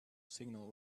signal